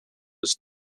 was